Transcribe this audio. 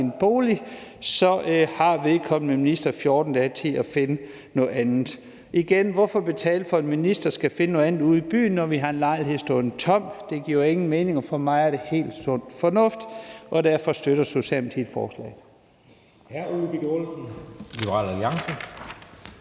en bolig. Så har vedkommende minister 14 dage til at finde noget andet. Hvorfor betale for, at en minister skal finde noget andet ude i byen, når vi har en lejlighed stående tom? Det giver jo ingen mening. For mig er det helt sund fornuft, og derfor støtter Socialdemokratiet forslaget.